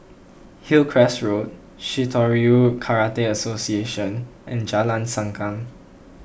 Hillcrest Road Shitoryu Karate Association and Jalan Sankam